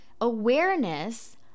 Awareness